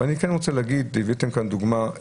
אבל אני כן רוצה להגיד והבאתם כאן דוגמה,